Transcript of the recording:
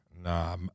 Nah